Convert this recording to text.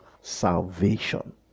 salvation